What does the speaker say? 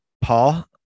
Paul